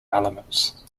elements